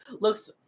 looks